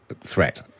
threat